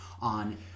on